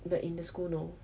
but in the school no